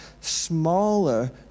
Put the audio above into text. smaller